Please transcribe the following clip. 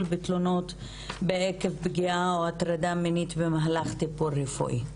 בתלונות עקב פגיעה או הטרדה מינית במהלך טיפול רפואי.